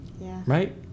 right